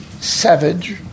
savage